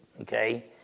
okay